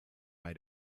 bei